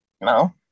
No